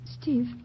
Steve